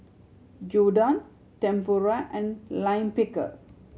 Gyudon Tempura and Lime Pickle